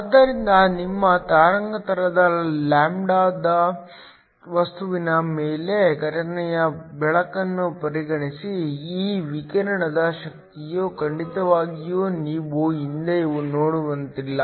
ಆದ್ದರಿಂದ ನಿಮ್ಮ ತರಂಗಾಂತರದ ಲ್ಯಾಂಬ್ಡಾದ ವಸ್ತುವಿನ ಮೇಲೆ ಘಟನೆಯ ಬೆಳಕನ್ನು ಪರಿಗಣಿಸಿ ಈ ವಿಕಿರಣದ ಶಕ್ತಿಯು ಖಂಡಿತವಾಗಿಯೂ ನೀವು ಹಿಂದೆ ನೋಡಿದಂತಿಲ್ಲ